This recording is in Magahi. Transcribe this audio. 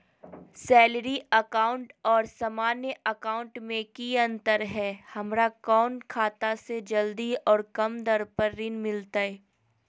सैलरी अकाउंट और सामान्य अकाउंट मे की अंतर है हमरा कौन खाता से जल्दी और कम दर पर ऋण मिलतय?